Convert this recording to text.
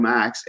Max